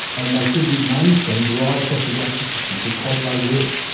and they should be mainstreamed right across the justice system because they work.